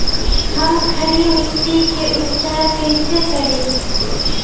हम खड़ी मिट्टी के उपचार कईसे करी?